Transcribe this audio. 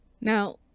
Now